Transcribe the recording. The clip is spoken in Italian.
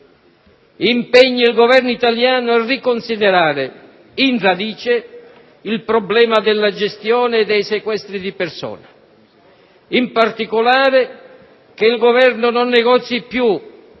inoltre il Governo italiano a riconsiderare in radice il problema della gestione dei sequestri di persona, in particolare chiedendo che il Governo non negozi più